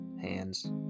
hands